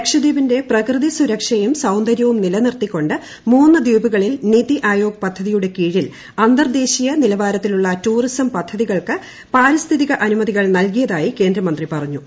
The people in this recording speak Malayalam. ലക്ഷദ്വീപിന്റെ പ്രകൃതി സുരക്ഷയും സൌന്ദര്യവും നിലനിർത്തിക്കൊണ്ട് മൂന്ന് ദ്വീപുകളിൽ നിതി ആയോഗ് പദ്ധതിയുടെ കീഴിൽ അന്തർദേശീയ നിലവാരത്തിലുള്ള ടുറിസം പദ്ധതികൾക്ക് പാരിസ്ഥിതിക അനുമതികൾ നൽകിയതായി കേന്ദ്രമന്ത്രി പറഞ്ഞു